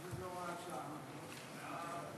ההצעה להעביר את הצעת חוק מסירת מידע על